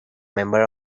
member